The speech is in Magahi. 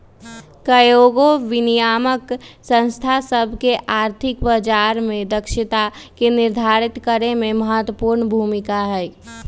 कयगो विनियामक संस्था सभ के आर्थिक बजार के दक्षता के निर्धारित करेमे महत्वपूर्ण भूमिका हइ